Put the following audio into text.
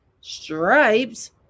stripes